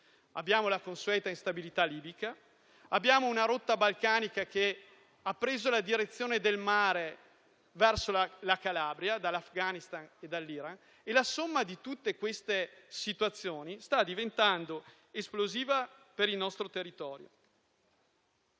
Abbiamo la consueta instabilità libica. Abbiamo una rotta balcanica che ha preso la direzione del mare verso la Calabria dall'Afghanistan e dall'Iran. La somma di tutte queste situazioni sta diventando esplosiva per il nostro territorio